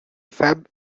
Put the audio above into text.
fab